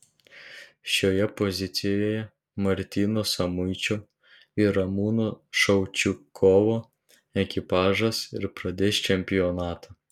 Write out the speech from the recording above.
šioje pozicijoje martyno samuičio ir ramūno šaučikovo ekipažas ir pradės čempionatą